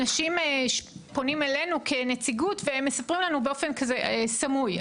אנשים פונים אלינו כנציגות ומספרים לנו באופן סמוי.